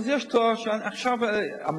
אבל יש תואר, יש מלחמה.